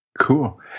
Cool